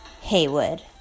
Haywood